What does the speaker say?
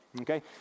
Okay